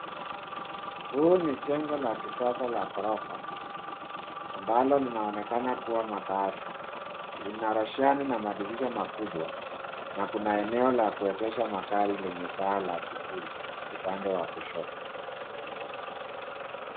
Huu ni jengo la kisasa la ghorofa ambalo linaonekana kuwa makaazi. Lina roshani na madirisha makubwa na kuna eneo la kuegeshwa magari lenye paa la kivuli upande wa kushoto.